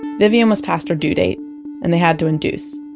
vivian was past her due date and they had to induce.